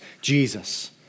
Jesus